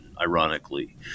ironically